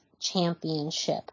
championship